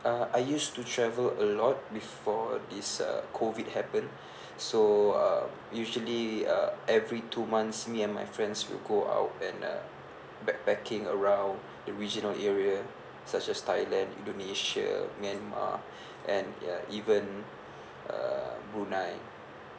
uh I used to travel a lot before this uh COVID happened so uh usually uh every two months me and my friends will go out and uh backpacking around the regional area such as thailand indonesia myanmar and ya even uh brunei